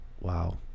wow